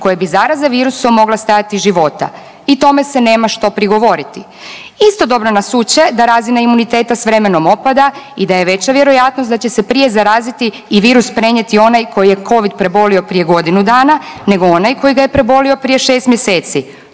koje bi zaraza virusom mogla stajati života. I tome se nema što prigovoriti. Istodobno nas uče da razina imuniteta s vremenom opada i da je veća vjerojatnost da će se prije zaraziti i virus prenijeti onaj koji je Covid prebolio prije godinu dana nego onaj koji ga je prebolio prije 6 mjeseci.